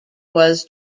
was